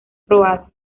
probada